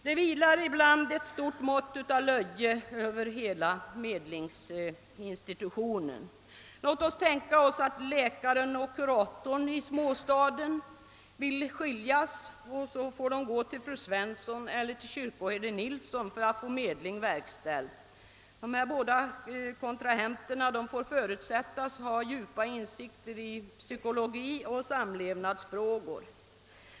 Det vilar ibland ett stort mått av löje över hela medlingsinstitutionen. Låt oss tänka oss att läkaren och kuratorn i småstaden vill skiljas och får gå till fru Svensson eller kyrkoherde Nilsson för att få medling verkställd. De båda kontrahenterna får förutsättas ha djupa insikter i psykologi och samlevnadsfrågor.